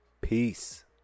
peace